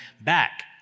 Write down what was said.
back